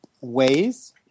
ways